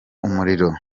umuriro